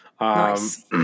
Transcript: Nice